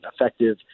effective